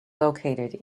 located